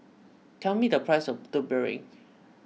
tell me the price of Putu Piring